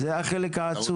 זה החלק העצוב.